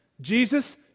Jesus